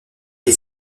est